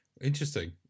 Interesting